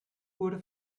wurde